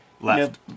Left